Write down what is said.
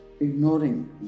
ignoring